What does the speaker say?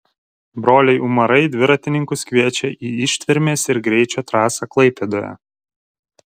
broliai umarai dviratininkus kviečia į ištvermės ir greičio trasą klaipėdoje